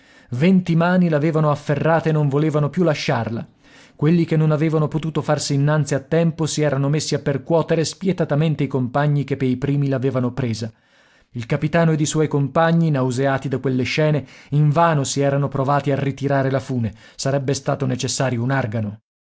venti mani l'avevano afferrata e non volevano più lasciarla quelli che non avevano potuto farsi innanzi a tempo si erano messi a percuotere spietatamente i compagni che pei primi l'avevano presa il capitano ed i suoi compagni nauseati da quelle scene invano si erano provati a ritirare la fune sarebbe stato necessario un argano